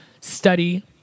study